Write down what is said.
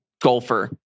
golfer